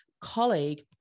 colleague